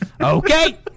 Okay